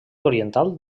oriental